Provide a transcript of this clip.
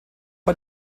bei